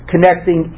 Connecting